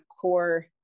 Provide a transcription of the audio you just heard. core